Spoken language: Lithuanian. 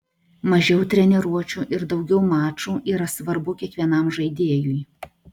mažiau treniruočių ir daugiau mačų yra svarbu kiekvienam žaidėjui